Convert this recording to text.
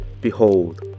Behold